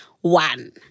one